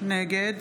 נגד